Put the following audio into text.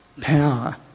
power